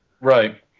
Right